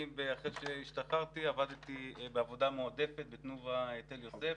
אחרי שהשתחררתי עבדתי כשנה ומשהו בעבודה מועדפת ב"תנובה" בתל-יוסף